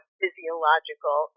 physiological